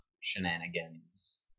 shenanigans